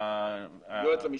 היועץ המשפטי.